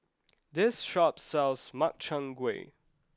this shop sells Makchang Gui